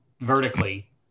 vertically